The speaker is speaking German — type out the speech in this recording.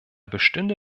bestünde